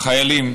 חיילים